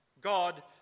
God